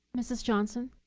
mrs. johnson.